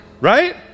Right